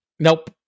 Nope